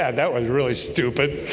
and that was really stupid